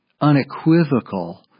unequivocal